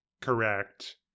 correct